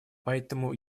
поэтому